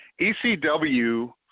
ECW